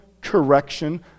correction